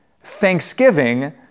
thanksgiving